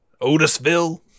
Otisville